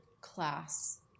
class